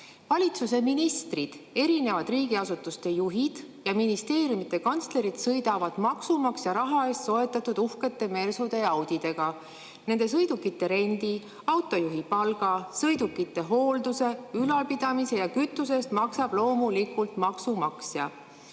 Valitsuse ministrid, riigiasutuste juhid ja ministeeriumide kantslerid sõidavad maksumaksja raha eest soetatud uhkete mersude ja Audidega. Nende sõidukite rendi, autojuhi palga, sõidukite hoolduse, ülalpidamise ja kütuse eest maksab loomulikult maksumaksja. Ma